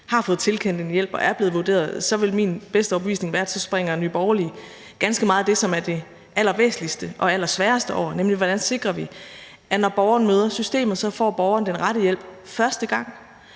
har fået tilkendt en hjælp og er blevet vurderet, vil min bedste overbevisning være, at så springer Nye Borgerlige ganske meget af det, som er det allervæsentligste og allersværeste, over, nemlig hvordan vi sikrer, at når borgeren møder systemet, får borgeren den rette hjælp første gang.